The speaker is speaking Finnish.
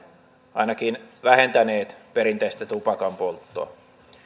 ainakin vähentäneet perinteistä tupakanpolttoa